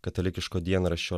katalikiško dienraščio